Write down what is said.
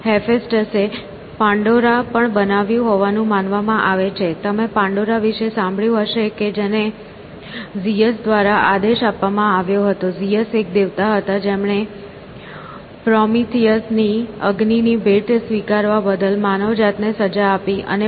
હેફેસ્ટસે Pandora પણ બનાવ્યો હોવાનું માનવામાં આવે છે તમે પાન્ડોરા વિશે સાંભળ્યું હશે કે જેને ઝિયસ દ્વારા આદેશ આપવામાં આવતો હતો ઝિયસ એક દેવતા હતા જેમણે પ્રોમિથિયસની અગ્નિની ભેટ સ્વીકારવા બદલ માનવજાતને સજા આપી